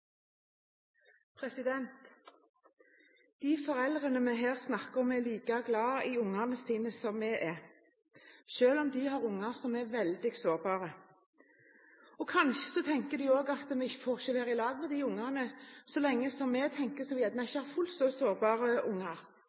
Bollestad. De foreldrene vi her snakker om, er like glad i ungene sine som vi er, selv om de har unger som er veldig sårbare. Kanskje tenker de også at de ikke får være sammen med ungene sine så lenge som vi får som ikke har fullt så